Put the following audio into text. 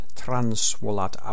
transvolat